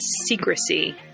secrecy